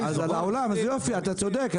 על העולם, אז יופי, אתה צודק.